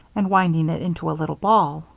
and winding it into a little ball.